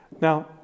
Now